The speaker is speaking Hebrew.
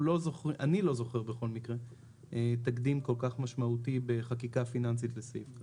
אני לא זוכר תקדים כל כך משמעותי בחקיקה פיננסית כמו בסעיף הזה.